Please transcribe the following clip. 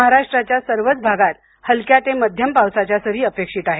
महाराष्ट्राच्या सर्वच भागात हलक्या ते मध्यम पावसाच्या सरी अपेक्षित आहेत